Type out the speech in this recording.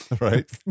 Right